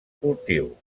cultiu